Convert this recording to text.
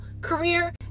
career